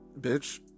bitch